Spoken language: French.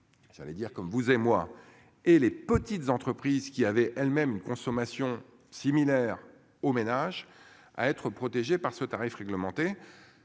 J'allais dire comme vous et moi et les petites entreprises qui avaient elles-mêmes une consommation similaire aux ménages à être protégées par ce tarif réglementé.